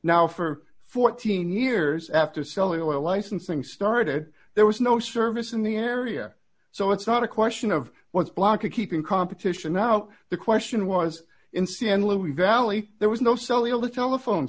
now for fourteen years after cellular licensing started there was no service in the area so it's not a question of what's blocking keeping competition now the question was in ca and louie valley there was no cellular telephone